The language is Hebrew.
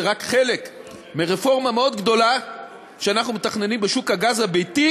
זה רק חלק מרפורמה גדולה מאוד שאנחנו מתכננים בשוק הגז הביתי,